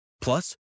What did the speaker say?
Plus